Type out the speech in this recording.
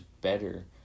better